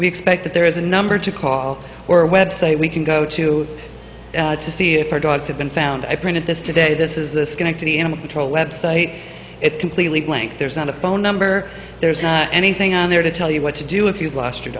we expect that there is a number to call or web site we can go to to see if our dogs have been found i printed this today this is this going to the animal control website it's completely blank there's not a phone number there's not anything on there to tell you what to do if you've lost your